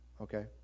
Okay